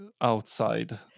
outside